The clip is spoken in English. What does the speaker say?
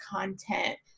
content